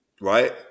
Right